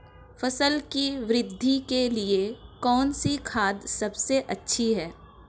फसल की वृद्धि के लिए कौनसी खाद सबसे अच्छी है?